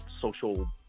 social